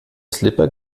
slipper